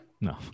no